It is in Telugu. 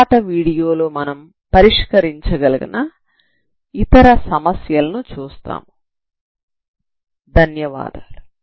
తర్వాత వీడియోలో మనం పరిష్కరించగల ఇతర సమస్యలను చూస్తాము ధన్యవాదాలు